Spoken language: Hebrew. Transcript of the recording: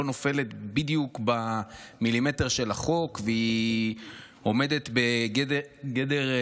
נופלת בדיוק במילימטר של החוק והיא עומדת בגדר,